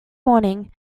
morning